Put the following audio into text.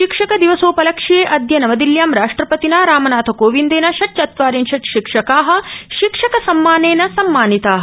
शिकक्ष दिवसोपलक्ष्ये अद्य नवदिल्यां राष्ट्रपतिना रामनाथ कोविन्देन ष्ट्वित्वारिंशत् शिक्षका शिक्षक सम्मानेन सम्मानिता